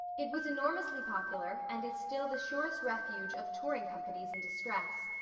it was enormously popular, and is still the surest refuge of touring companies in distress.